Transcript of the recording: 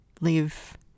live